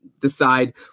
decide